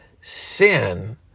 sin